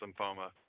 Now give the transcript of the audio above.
lymphoma